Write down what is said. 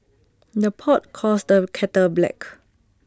the pot calls the kettle black